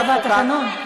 מטבע התקנון.